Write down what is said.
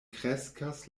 kreskas